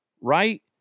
Right